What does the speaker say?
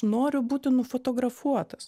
noriu būti nufotografuotas